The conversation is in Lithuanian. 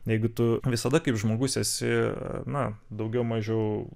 jeigu tu visada kaip žmogus esi na daugiau mažiau